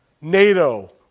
NATO